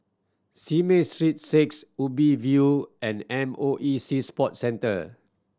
Simei Street Six Ubi View and M O E Sea Sports Centre